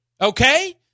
Okay